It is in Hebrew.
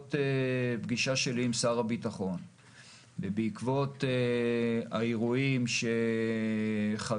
בעקבות פגישה שלי עם שר הביטחון ובעקבות האירועים שחווינו,